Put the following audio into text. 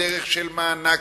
בדרך של מענק,